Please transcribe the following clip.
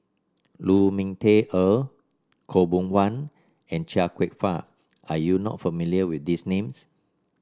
Lu Ming Teh Earl Khaw Boon Wan and Chia Kwek Fah are you not familiar with these names